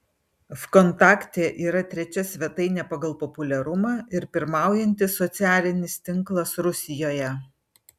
vkontakte yra trečia svetainė pagal populiarumą ir pirmaujantis socialinis tinklas rusijoje